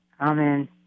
Amen